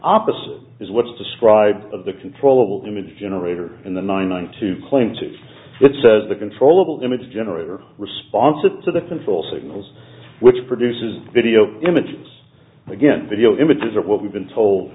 opposite is what's described of the controllable image generator in the nine hundred two claim to it says the controllable image generator responsive to the full signals which produces the video image again video images of what we've been told